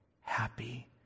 happy